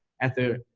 at the,